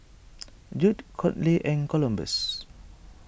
Judd Conley and Columbus